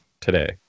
today